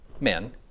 men